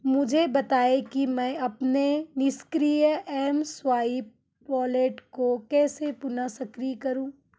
मुझे बताएँ कि मैं अपने निष्क्रिय एमस्वाइप वॉलेट को कैसे पुनः सक्रिय करूँ